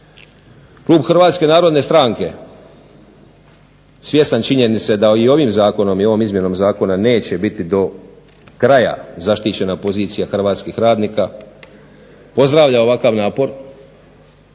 Klub HNS-a svjestan činjenice da i ovim zakonom i ovom izmjenom zakona neće biti do kraja zaštićena pozicija hrvatskih radnika pozdravlja ovakav napor.